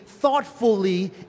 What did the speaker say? thoughtfully